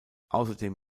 außerdem